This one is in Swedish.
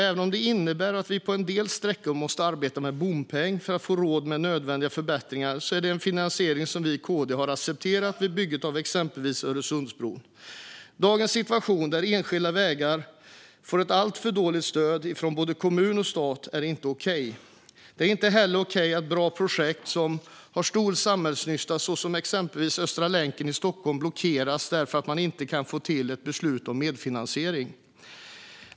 Även om det innebär att vi på en del sträckor måste arbeta med bompeng för att få råd med nödvändiga förbättringar är det en finansiering som vi i KD har accepterat vid bygget av exempelvis Öresundsbron. Dagens situation där enskilda vägar får ett alltför dåligt stöd från både kommun och stat är inte okej. Det är inte heller okej att bra projekt som har stor samhällsnytta, såsom exempelvis Östra länken i Stockholm, blockeras därför att man inte kan få till ett beslut om medfinansiering.